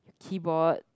keyboard